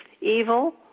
evil